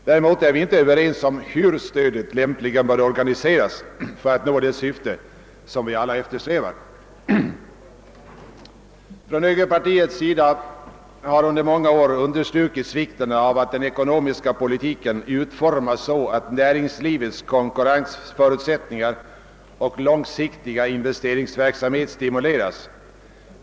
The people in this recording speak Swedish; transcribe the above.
Däremot är vi inte överens om hur stödet lämpligen bör organiseras för att nå det syfte som vi alla eftersträvar. Från högerpartiets sida har under många år understrukits vikten av att den ekonomiska politiken utformas så att näringslivets konkurrensförutsättningar och långsiktiga investeringsverksamhet stimuleras.